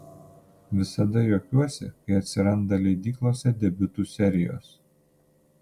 visada juokiuosi kai atsiranda leidyklose debiutų serijos